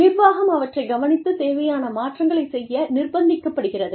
நிர்வாகம் அவற்றை கவனித்து தேவையான மாற்றங்களைச் செய்ய நிர்ப்பந்திக்க படுகிறது